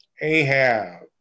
Ahab